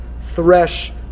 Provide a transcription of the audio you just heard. thresh